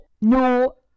no